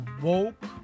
woke